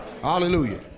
Hallelujah